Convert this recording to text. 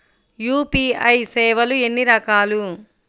UPI సేవలు ఎన్నిరకాలు?